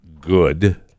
good